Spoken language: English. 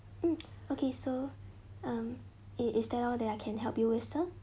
hmm okay so um it is that all that I can help you with sir